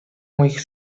moich